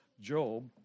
Job